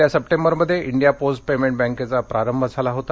गेल्या सप्टेंबरमध्ये India post payment बँकेचा प्रारंभ झाला होता